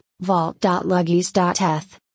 Vault.luggies.eth